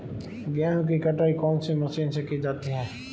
गेहूँ की कटाई कौनसी मशीन से की जाती है?